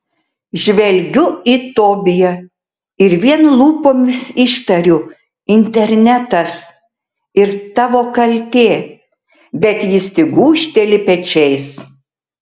žvelgiu į tobiją ir vien lūpomis ištariu internetas ir tavo kaltė bet jis tik gūžteli pečiais